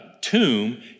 tomb